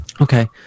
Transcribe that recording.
Okay